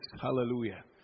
Hallelujah